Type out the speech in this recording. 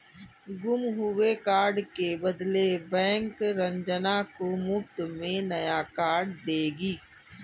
गुम हुए कार्ड के बदले बैंक रंजना को मुफ्त में नया कार्ड देगी